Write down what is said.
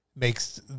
makes